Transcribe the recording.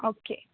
okay